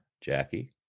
Jackie